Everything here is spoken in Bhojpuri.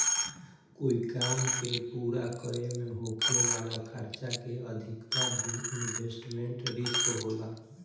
कोई काम के पूरा करे में होखे वाला खर्चा के अधिकता भी इन्वेस्टमेंट रिस्क होला